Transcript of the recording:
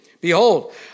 Behold